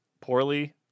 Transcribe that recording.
poorly